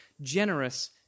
generous